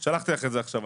שלחתי לך את זה עכשיו.